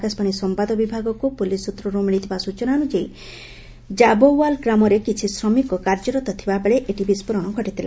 ଆକାଶବାଣୀ ସମ୍ଭାଦ ବିଭାଗକୁ ପୁଲିସ୍ ସୂତ୍ରରୁ ମିଳିଥିବା ସୂଚନା ଅନୁଯାୟୀ ଜାବୋୱାଲ୍ ଗ୍ରାମରେ କିଛି ଶ୍ରମିକ ସେଠାରେ କାର୍ଯ୍ୟରତ ଥିବାବେଳେ ଏହି ବିସ୍ଫୋରଣ ଘଟିଥିଲା